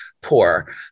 poor